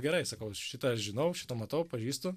gerai sakau šitą aš žinau šitą matau pažįstu